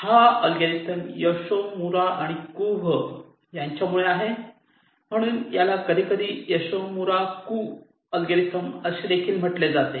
हा algorithm Yoshimura आणि Kuh यांच्यामुळे आहे म्हणून याला कधीकधी योशीमुरा कु ऍलगोरिदम असे देखील म्हटले जाते